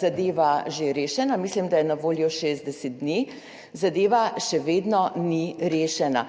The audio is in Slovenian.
zadeva že rešena – mislim, da je na voljo 60 dni in zadeva še vedno ni rešena.